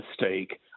mistake